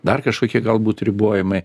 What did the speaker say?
dar kažkokie galbūt ribojimai